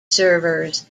servers